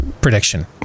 prediction